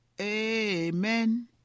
Amen